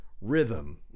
rhythm